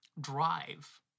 drive